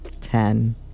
Ten